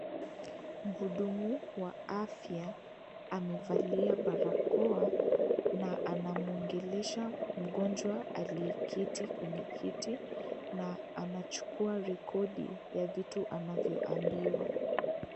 Mhudumu wa afya amevalia barakoa na anamwongelesha mgonjwa aliyeketi na anachukua rekodi ya vitu anayoambiwa.